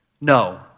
No